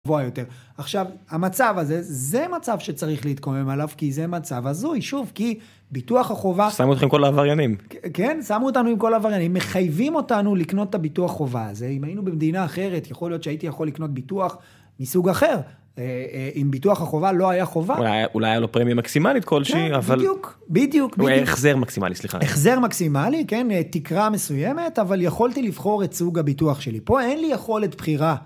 עכשיו המצב הזה זה מצב שצריך להתקומם עליו כי זה מצב הזוי שוב כי ביטוח החובה, שמו אתכם עם כל העברנים כן שמו אותנו עם כל העברנים, מחייבים אותנו לקנות את הביטוח חובה הזה אם היינו במדינה אחרת יכול להיות שהייתי יכול לקנות ביטוח, מסוג אחר אם ביטוח החובה לא היה חובה אולי היה לו פרמיה מקסימלית כלשהי אבל בדיוק בדיוק. החזר מקסימלי כן, תקרה מסוימת אבל יכולתי לבחור את סוג הביטוח שלי פה אין לי יכולת בחירה